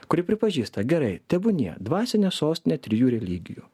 kuri pripažįsta gerai tebūnie dvasinė sostinė trijų religijų